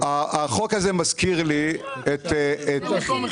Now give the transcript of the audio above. החוק הזה מזכיר לי --- אותו מחיר בדיוק.